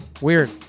weird